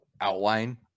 outline